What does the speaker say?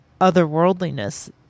otherworldliness